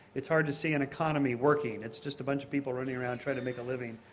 it's hard to see an economy working, it's just a bunch of people running around trying to make a living,